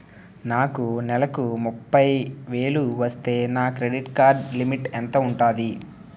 నాకు నెలకు ముప్పై వేలు వస్తే నా క్రెడిట్ కార్డ్ లిమిట్ ఎంత ఉంటాది?